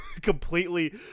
completely